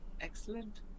Excellent